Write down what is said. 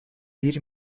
bir